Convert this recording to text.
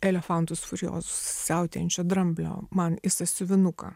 elefantus furiozus siautėjančio dramblio man į sąsiuvinuką